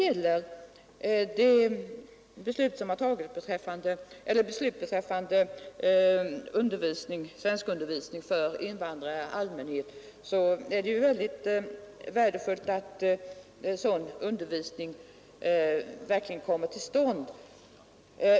Vad beträffar beslutet om svenskundervisning för invandrare i allmänhet, så är det ju mycket värdefullt att sådan undervisning verkligen kommer till stånd.